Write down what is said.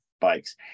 bikes